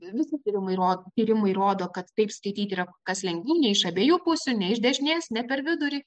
visi tyrimai ro tyrimai rodo kad taip skaityti yra kur kas lengviau nei iš abiejų pusių ne iš dešinės ne per vidurį